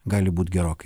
gali būti gerokai